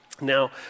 Now